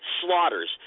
slaughters